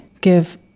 give